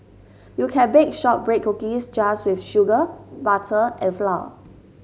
you can bake shortbread cookies just with sugar butter and flour